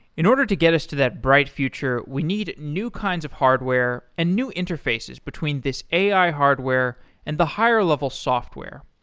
in order to get us to that bright future, we need new kinds of hardware and new interfaces between this ai hardware and the higher level software.